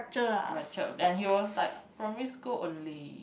fractured then he was like primary school only